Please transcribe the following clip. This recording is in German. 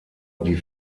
die